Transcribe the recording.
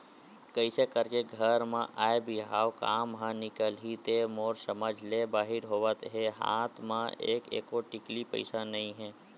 कइसे करके घर म आय बिहाव काम ह निकलही ते मोर समझ ले बाहिर होवत हे हात म एको टिकली पइसा नइ हे